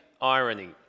irony